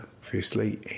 firstly